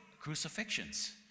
crucifixions